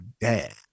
dad